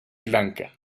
lanka